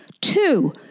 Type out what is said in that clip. Two